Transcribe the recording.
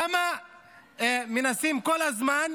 למה מנסים כל הזמן